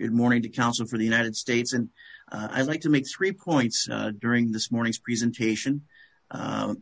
it morning to counsel for the united states and i'd like to make three points during this morning's presentation